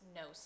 no